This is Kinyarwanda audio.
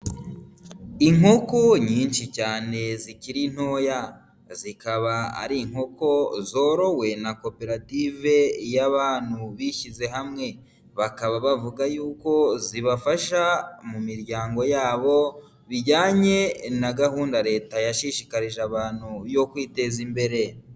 Inkoko nyinshi cyane zikiri ntoya, zikaba ari inkoko zorowe na koperative y'abantu bishyize hamwe, bakaba bavuga yuko zibafasha mu miryango yabo bijyanye na gahunda leta yashishikarije abantu yo kwiteza imbere.